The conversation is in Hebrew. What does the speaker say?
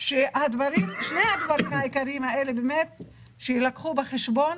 ששני הדברים העיקריים האלה יילקחו בחשבון.